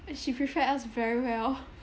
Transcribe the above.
and she prepared us very well